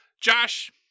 Josh